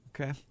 Okay